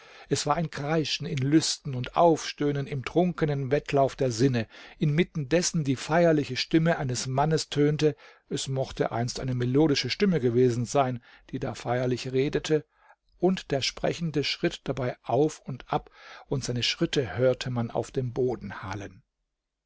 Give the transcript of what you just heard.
es war ein kreischen in lüsten und aufstöhnen im trunkenen wettlauf der sinne inmitten dessen die feierliche stimme eines mannes tönte es mochte einst eine melodische stimme gewesen sein die da feierlich redete und der sprechende schritt dabei auf und ab und seine schritte hörte man auf dem boden hallen